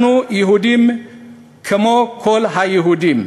אנחנו יהודים כמו כל היהודים,